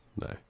No